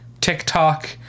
TikTok